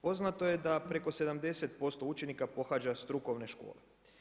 Poznato je da preko 70% učenika pohađa strukovne škole.